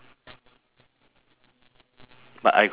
that was a very very crazy act lah